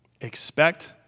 Expect